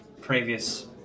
previous